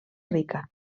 rica